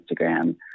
Instagram